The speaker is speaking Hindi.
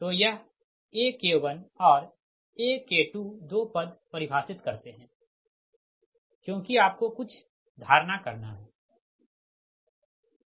तो यह AK1और AK2 दो पद परिभाषित करते है क्योंकि आपको कुछ धारणा करना है